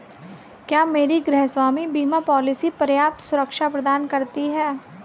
क्या मेरी गृहस्वामी बीमा पॉलिसी पर्याप्त सुरक्षा प्रदान करती है?